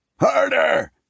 Harder